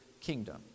kingdom